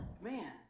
man